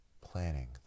planning